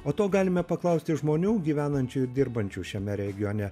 o to galime paklausti žmonių gyvenančių ir dirbančių šiame regione